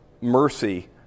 mercy